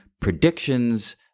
predictions